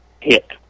hit